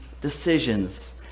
Decisions